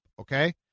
okay